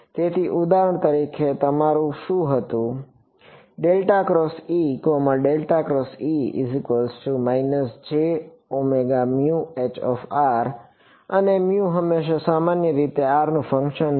તેથી ઉદાહરણ તરીકે તમારું શું હતું અને હંમેશા સામાન્ય રીતે r નું ફંક્શન છે